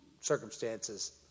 circumstances